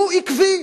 הוא עקבי.